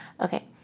Okay